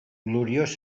gloriós